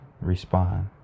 Respond